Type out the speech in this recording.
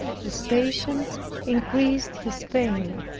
his patience increased his pain.